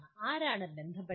ആരാണ് ബന്ധപ്പെട്ടവർ